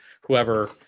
whoever